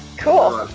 cool.